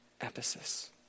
Ephesus